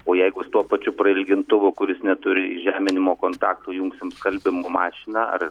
o jeigu tuo pačiu prailgintuvu kuris neturi įžeminimo kontaktu jungsim skalbimo mašiną ar